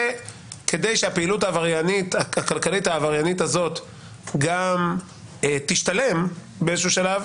וכדי שהפעילות הכלכלית-העבריינית הזאת גם תשתלם באיזשהו שלב,